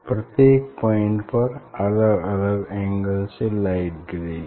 प्रत्येक पॉइंट पर अलग अलग एंगल से लाइट गिरेगी